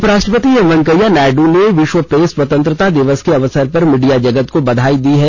उपराष्ट्रपति एम वेंकैया नायड् ने विश्व प्रेस स्वतंत्रता दिवस के अवसर पर मीडिया जगत को बधाई दी है